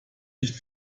nicht